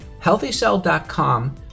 healthycell.com